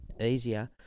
easier